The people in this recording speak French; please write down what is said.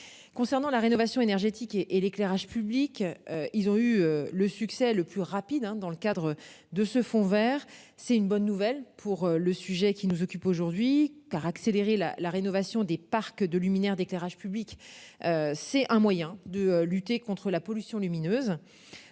Concernant la rénovation énergétique et et l'éclairage public. Ils ont eu le succès le plus rapide hein. Dans le cadre de ce fonds Vert, c'est une bonne nouvelle pour le sujet qui nous occupe aujourd'hui car accélérer la la rénovation des parcs de luminaires d'éclairage public. C'est un moyen de lutter contre la pollution lumineuse.